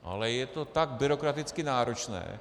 Ale je to tak byrokraticky náročné.